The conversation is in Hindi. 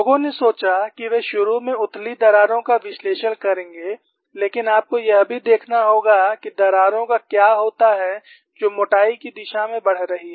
लोगों ने सोचा कि वे शुरू में उथली दरारों का विश्लेषण करेंगे लेकिन आपको यह भी देखना होगा कि दरारें को क्या होता हैं जो मोटाई की दिशा में बढ़ रही हैं